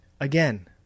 again